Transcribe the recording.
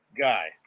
guy